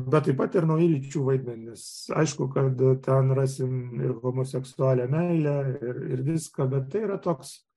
bet taip pat ir nauji lyčių vaidmenys aišku kad ten rasim ir homoseksualią meilę ir viską bet tai yra toks